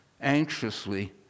anxiously